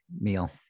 meal